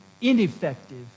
ineffective